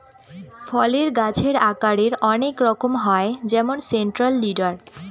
ফলের গাছের আকারের অনেক রকম হয় যেমন সেন্ট্রাল লিডার